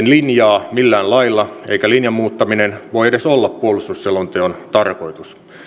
linjaa millään lailla eikä linjan muuttaminen voi edes olla puolustusselonteon tarkoitus